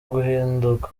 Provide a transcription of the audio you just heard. guhindurwa